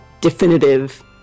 definitive